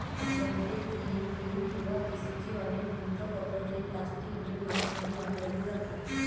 बहुतेक PE film किंवा PC ची अनेक भिंत पत्रके प्लास्टिक ग्रीनहाऊसमध्ये वापरली जातात